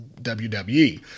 WWE